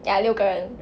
ya 六个人 ya